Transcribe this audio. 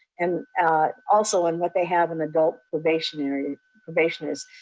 and also on what they have in adult probationary probation is.